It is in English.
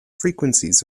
frequencies